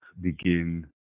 begin